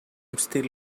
still